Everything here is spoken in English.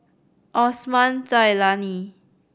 Osman Zailani